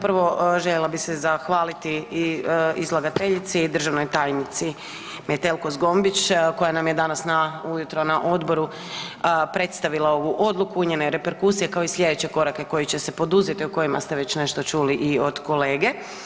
Prvo, željela bih se zahvaliti i izlagateljici i državnoj tajnici Metelko-Zgombić koja nam je danas na, ujutro na odboru predstavila ovu odluku i njene reperkusije, kao i slijedeće korake koji će se poduzeti o kojima ste već nešto čuli i od kolege.